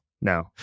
No